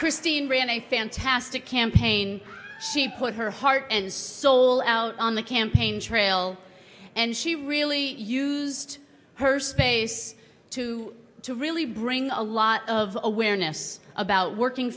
christine ran a fantastic campaign she put her heart and soul out on the campaign trail and she really used her space to to really bring a lot of awareness about working